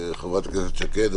חברת הכנסת שקד,